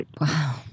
Wow